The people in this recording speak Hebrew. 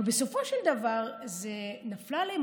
אבל בסופו של דבר נפלה עליהם